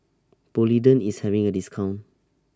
Polident IS having A discount